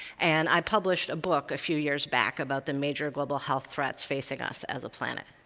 and i published a book a few years back about the major global health threats facing us as a planet.